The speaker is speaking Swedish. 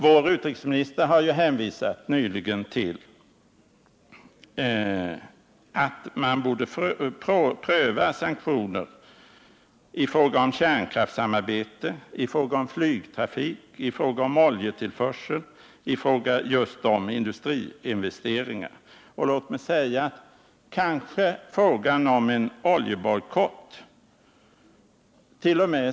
Vår utrikesminister har ju nyligen hänvisat till att man borde pröva sanktioner i fråga om kärnkraftssamarbete, flygtrafik, oljetillförsel och i fråga om just industriinvesteringar. : Låt mig säga att frågan om en oljebojkott kanske tt.o.m.